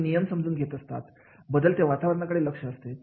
नवीन नियम समजून घेत असतात बदलते वातावरणाकडे लक्ष असते